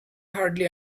hardly